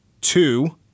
two